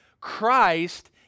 Christ